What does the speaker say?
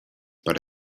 per